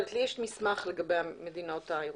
לי יש מסמך לגבי המדינות הירוקות.